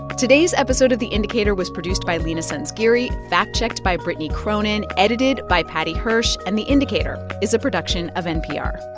today's episode of the indicator was produced by leena sanzgiri, fact-checked by brittany cronin, edited by paddy hirsch. and the indicator is a production of npr.